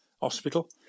hospital